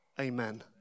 Amen